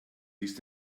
ließ